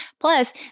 Plus